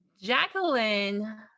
Jacqueline